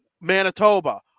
Manitoba